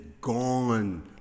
gone